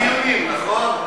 ציונים, נכון?